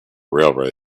railway